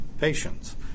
patients